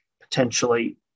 potentially